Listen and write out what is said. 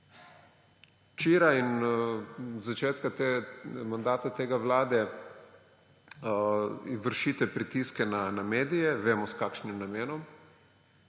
Včeraj in od začetka mandata te vlade vršite pritiske na medije, vemo, s kakšnim namenom.